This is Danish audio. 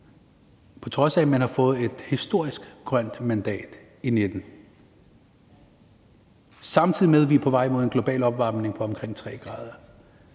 på trods af at man har fået et historisk grønt mandat i 2019, samtidig med vi er på vej mod en global opvarmning på omkring 3 grader,